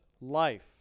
life